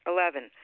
Eleven